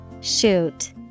Shoot